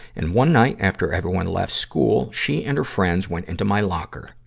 and one night, after everyone left school, she and her friends went into my locker,